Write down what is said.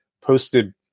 posted